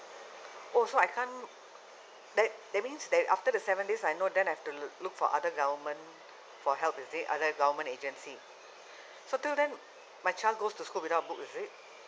oh so I can't that that means that after the seven days I know then I have to look for other government for help is it other government agency so till then my child goes to school without a book is it